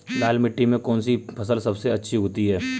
लाल मिट्टी में कौन सी फसल सबसे अच्छी उगती है?